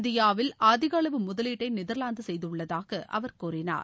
இந்தியாவில் அதிக அளவு முதலீட்டை நெதர்லாந்து செய்துள்ளதாக அவர் கூறினார்